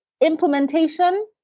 implementation